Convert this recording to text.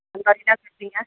ਸਫ਼ਾਈ ਰੱਖਦੀ ਹਾਂ